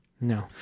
no